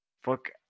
fuck